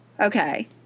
Okay